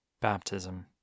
Baptism